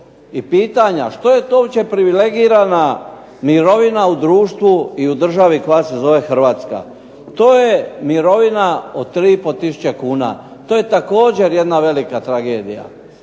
i pitanja što je to uopće privilegirana mirovina u društvu i u državi koja se zove Hrvatska. To je mirovina od 3500 kuna. To je također jedna velika tragedija.